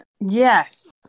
yes